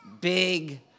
big